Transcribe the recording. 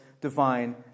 divine